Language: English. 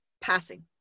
passing